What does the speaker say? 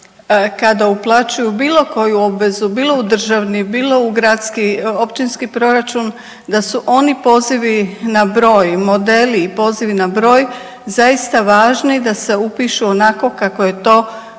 kada uplaćuju bilo koju obvezu, bilo u državni, bilo u gradski, općinski proračun da su oni pozivi na broj, modeli i pozivi na broj zaista važni da se upišu onako kako je to